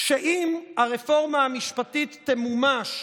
שאם הרפורמה המשפטית תמומש,